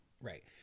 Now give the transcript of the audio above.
right